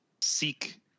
seek